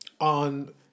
on